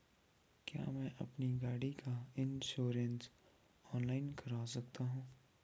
क्या मैं अपनी गाड़ी का इन्श्योरेंस ऑनलाइन कर सकता हूँ?